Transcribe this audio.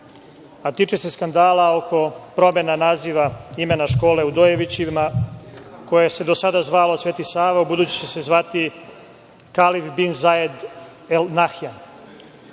a tiče se skandala oko promene naziva imena škole u Dojevićima koje se do sada zvalo „Sveti Sava“ ubuduće će se zvati „Halifa bin Zaid Al Nahjan“.